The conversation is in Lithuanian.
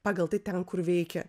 pagal tai ten kur veikia